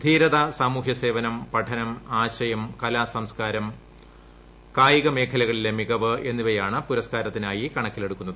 ധീരതാ സാമൂഹ്യസേവനം പഠനം ആശയം കലാ സംസ്കാരം കായിക മേഖലകളിലെ മികവ് എന്നിവയാണ് പുരസ്കാരത്തിനായി കണക്കിലെടുക്കുന്നത്